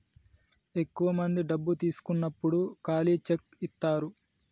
ఎక్కువ మంది డబ్బు తీసుకున్నప్పుడు ఖాళీ చెక్ ఇత్తారు